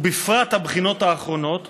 ובפרט הבחינות האחרונות,